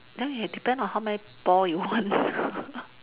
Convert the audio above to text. then we have depend on how many ball you want